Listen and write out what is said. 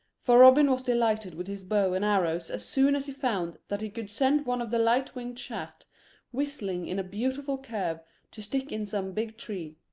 for robin was delighted with his bow and arrows as soon as he found that he could send one of the light-winged shafts whistling in a beautiful curve to stick in some big tree.